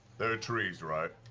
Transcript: there are trees, right?